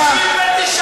נשארת בתקציב הזה?